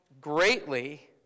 greatly